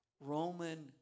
Roman